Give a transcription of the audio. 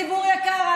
ציבור יקר?